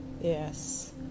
Yes